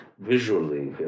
visually